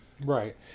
Right